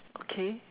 okay